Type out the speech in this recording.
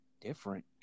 different